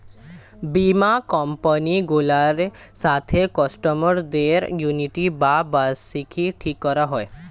বীমা কোম্পানি গুলোর সাথে কাস্টমার দের অ্যানুইটি বা বার্ষিকী ঠিক করা হয়